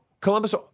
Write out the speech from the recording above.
Columbus